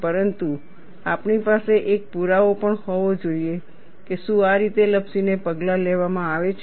પરંતુ આપણી પાસે એક પુરાવો પણ હોવો જરૂરી છે કે શું આ રીતે લપસીને પગલાં લેવામાં આવે છે